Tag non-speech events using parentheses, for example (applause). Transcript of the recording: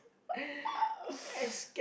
(laughs)